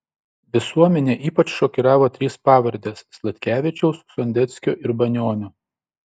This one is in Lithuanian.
visuomenę ypač šokiravo trys pavardės sladkevičiaus sondeckio ir banionio